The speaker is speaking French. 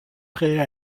prête